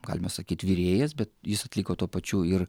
galima sakyt virėjas bet jis atliko tuo pačiu ir